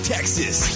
Texas